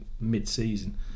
mid-season